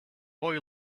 boy